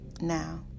Now